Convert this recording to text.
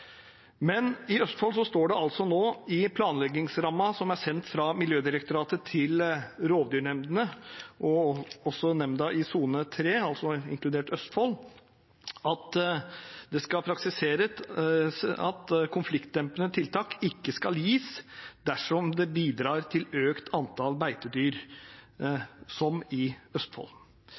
Men når det gjelder Østfold, står det nå i planleggingsrammen som er sendt fra Miljødirektoratet til rovdyrnemndene, og også til nemnda i sone 3, altså inkludert Østfold, at det skal praktiseres at konfliktdempende tiltak ikke skal gis dersom det bidrar til økt antall beitedyr, som i Østfold.